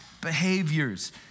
Behaviors